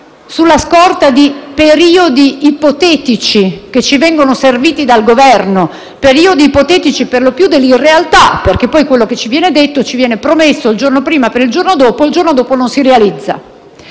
sulla scorta di periodi ipotetici che ci vengono serviti dal Governo, periodi ipotetici perlopiù dell'irrealtà, perché quello che ci viene detto e ci viene promesso il giorno prima per il giorno dopo, il giorno dopo non si realizza.